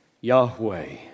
Yahweh